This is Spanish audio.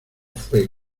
fue